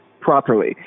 properly